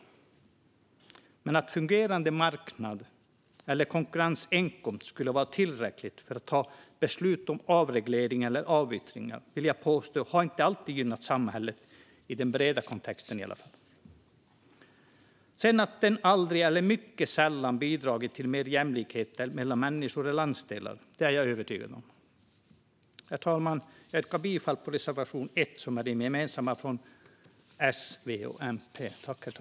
Men jag vill påstå att enkom fungerande marknad eller konkurrens inte alltid har varit tillräckligt för att ta beslut om avreglering eller avyttring. Det har inte alltid gynnat samhället, i alla fall inte i den breda kontexten. Att den fungerande marknaden aldrig eller mycket sällan har bidragit till mer jämlikhet mellan människor eller landsdelar är jag övertygad om. Herr talman! Jag yrkar bifall till S, V:s och MP:s gemensamma reservation 1.